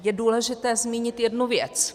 Je důležité zmínit jednu věc.